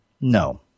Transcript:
No